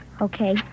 Okay